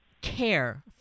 care